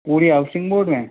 मूरी housing board में